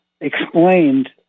explained